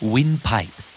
Windpipe